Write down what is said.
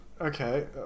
Okay